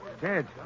Dead